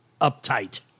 uptight